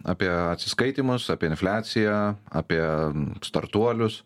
apie atsiskaitymus apie infliaciją apie startuolius